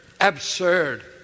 Absurd